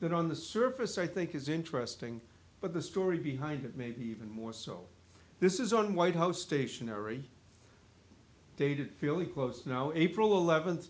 that on the surface i think is interesting but the story behind it maybe even more so this is on white house stationery david feely close now april eleventh